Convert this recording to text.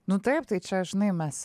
nu taip tai čia žinai mes